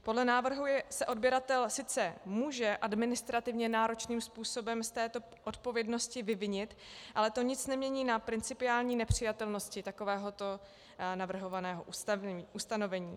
Podle návrhu se odběratel sice může administrativně náročným způsobem z této odpovědnosti vyvinit, ale to nic nemění na principiální nepřijatelnosti takovéhoto navrhovaného ustanovení.